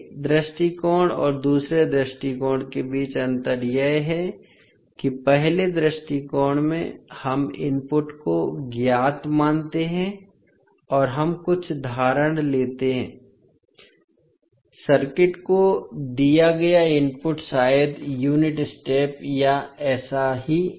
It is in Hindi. तो पहले दृष्टिकोण और दूसरे दृष्टिकोण के बीच अंतर यह है कि पहले दृष्टिकोण में हम इनपुट को ज्ञात मानते हैं और हम कुछ धारणा लेते हैं कि सर्किट को दिया गया इनपुट शायद यूनिट स्टेप या ऐसा ही कुछ है